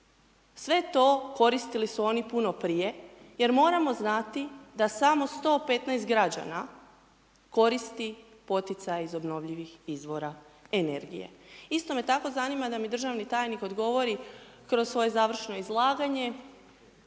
Sve to koristili su oni puno prije jer moramo znati da samo 115 građana koristi poticaj iz obnovljivih izvora energije. Isto me tako zanima da mi državni tajnik odgovori kroz svoje završno izlaganje